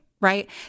right